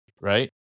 Right